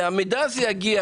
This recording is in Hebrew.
והמידע הזה יגיע